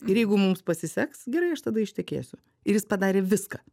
ir jeigu mums pasiseks gerai aš tada ištekėsiu ir jis padarė viską